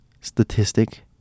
statistic